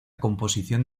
composición